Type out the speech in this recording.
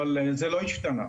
זה לא השתנה.